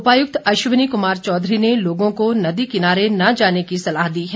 उपायुक्त अश्वनी कुमार चौधरी ने लोगों को नदी किनारे न जाने की सलाह दी है